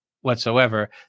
whatsoever